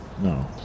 No